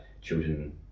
children